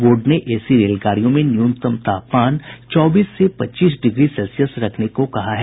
board ने AC रेलगाडियों में न्यूनतम तापमान चौबीस से पच्चीस डिग्री सेल्सियस रखने को कहा है